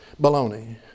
baloney